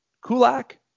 Kulak